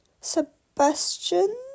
Sebastian